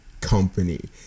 company